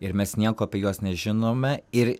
ir mes nieko apie juos nežinome ir